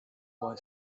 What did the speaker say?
boy